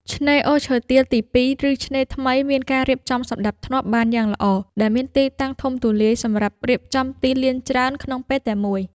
ឆ្នេរអូរឈើទាលទី២ ឬឆ្នេរថ្មី មានការរៀបចំសណ្ដាប់ធ្នាប់បានយ៉ាងល្អ ដែលមានទីធ្លាធំទូលាយសម្រាប់រៀបចំទីលានច្រើនក្នុងពេលតែមួយ។